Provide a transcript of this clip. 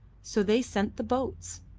so they sent the boats.